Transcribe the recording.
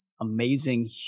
amazing